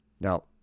now